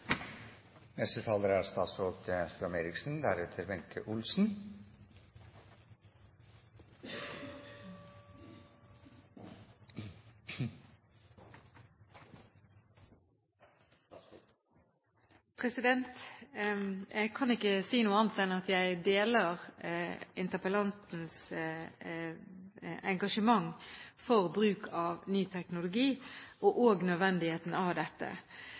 Jeg kan ikke si noe annet enn at jeg deler interpellantens engasjement for bruk av ny teknologi og også nødvendigheten av dette,